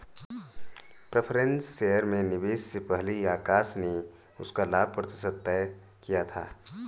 preference shares में निवेश से पहले ही आकाश ने उसका लाभ प्रतिशत तय किया था